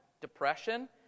Depression